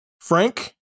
Frank